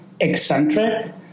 eccentric